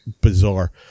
bizarre